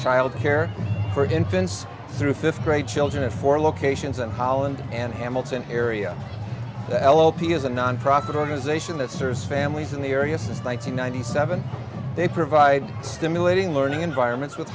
child care for infants through fifth grade children at four locations in holland and hamilton area l l p is a nonprofit organization that serves families in the area since one nine hundred ninety seven they provide stimulating learning environments with